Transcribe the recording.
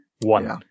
One